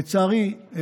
לצערי,